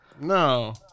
No